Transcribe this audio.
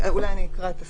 -- -אולי אני אקרא את הסעיף: